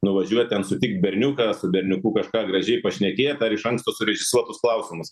nuvažiuot ten sutikt berniuką su berniuku kažką gražiai pašnekėt ar iš anksto surežisuotus klausimus